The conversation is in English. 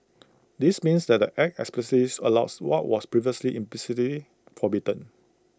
this means that the act explicitly allows what was previously implicitly forbidden